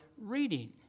reading